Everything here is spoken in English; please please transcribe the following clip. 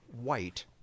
white